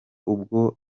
ubwo